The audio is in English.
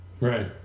right